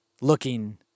looking